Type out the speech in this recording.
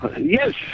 Yes